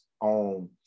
on